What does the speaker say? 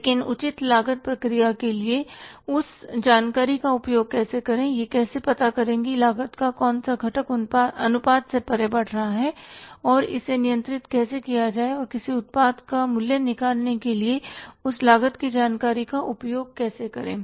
लेकिन उचित लागत प्रक्रिया के लिए उस जानकारी का उपयोग कैसे करें यह कैसे पता करें कि लागत का कौन सा घटक अनुपात से परे बढ़ रहा है और इसे नियंत्रित किया जाना है किसी उत्पाद का मूल्य निकालने के लिए उस लागत की जानकारी का उपयोग कैसे करें